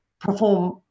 perform